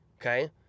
okay